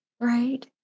Right